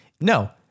no